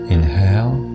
Inhale